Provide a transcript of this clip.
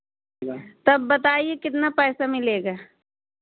तब बताइए कितना पैसा मिलेगा